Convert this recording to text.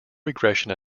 regression